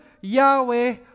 Yahweh